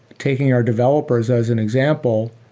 taking our developers as an example,